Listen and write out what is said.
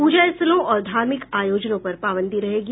प्रजा स्थलों और धार्मिक आयोजनों पर पाबंदी रहेंगी